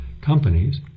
companies